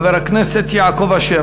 חבר הכנסת יעקב אשר.